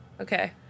Okay